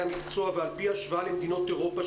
המקצוע ועל-פי השוואה למדינות אירופה,